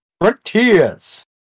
Frontiers